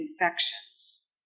infections